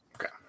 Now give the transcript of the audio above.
Okay